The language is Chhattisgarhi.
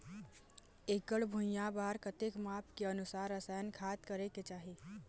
एकड़ भुइयां बार कतेक माप के अनुसार रसायन खाद करें के चाही?